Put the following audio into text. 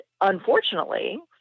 unfortunately